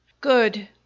good